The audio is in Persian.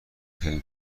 کردیم